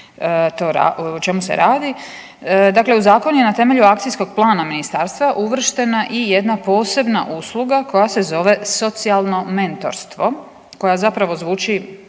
o čemu se radi? Dakle, u zakon je na temelju akcijskog plana ministarstva uvrštena i jedna posebna usluga koja se zove socijalno mentorstvo, koja zapravo zvuči